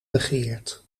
begeerd